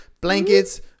blankets